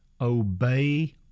obey